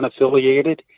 unaffiliated